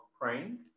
praying